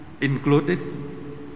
included